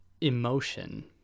emotion